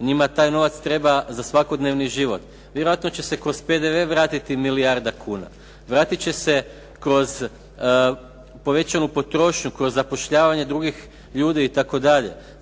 Njima taj novac treba za svakodnevni život. Vjerojatno će se kroz PDV vratiti milijarda kuna. Vratit će se kroz povećanu potrošnju, kroz zapošljavanje drugih ljudi itd.